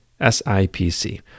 SIPC